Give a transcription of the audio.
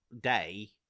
day